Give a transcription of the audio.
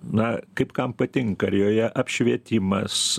na kaip kam patinka ar joje apšvietimas